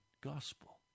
gospel